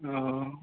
ओ